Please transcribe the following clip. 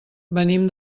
venim